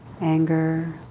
anger